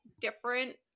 different